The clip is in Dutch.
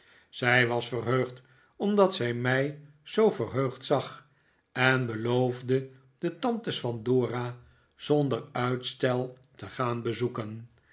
zij was verheugd omdat zij mij zoo verheugd zag en beloofde de tantes van dora zonder uitstel te gaan bezoeken